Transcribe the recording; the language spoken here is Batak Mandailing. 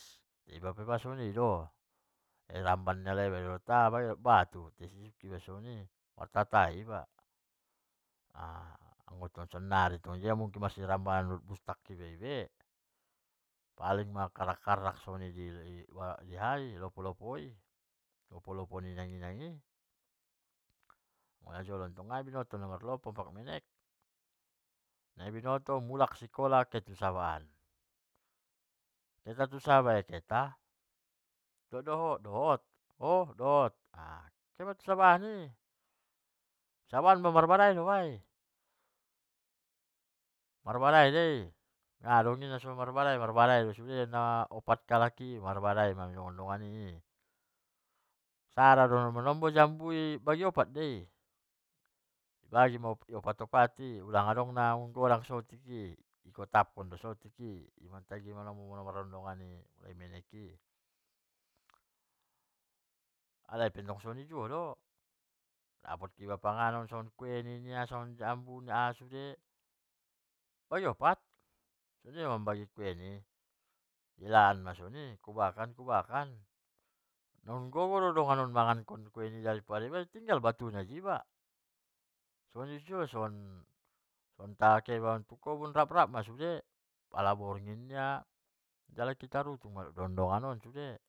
Iba pe soni do nadi ramban ni alai do iba rap batu, sip iba martata alai, tai tong sannari dia ma mungkin marsirambanan ibe, paling markalla-kallak hai soni di lopo-lopo i. i lopo-lopo ni ingan-inang i najo. o tong nang nadiboto marlopo pak menek, nadiboto mulak sikola kehe tu sabaan, dohot deho dohot, kehe ma ami tu saba an i, i sabaan marbadai ma ami i, marbadai do i nadong naso marbadai i. marbadai do sude na opat kalai i, marbdai manaron i, sada do jambu i bagi opat manaron i, i bagi opat-opat manaron i, adong na ungodang saotik i, igotapkon do saotik i i. tagi do namardongan-dongan i namenek i, alai pentong soni do dapot iba non panganon songon kueni songon jambu sude bagi opat, sngon dia mambagi kueni i kubukan, ikubakan naunggodang doma di dongan kueni nai di iba tinggal batu na, pala soni masude pala borngin non kehe ma manajalki tarutung rap dongan-dongan i sude.